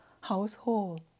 household